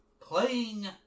playing